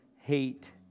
hate